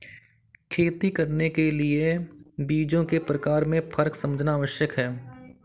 खेती करने के लिए बीजों के प्रकार में फर्क समझना आवश्यक है